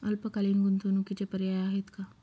अल्पकालीन गुंतवणूकीचे पर्याय आहेत का?